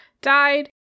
died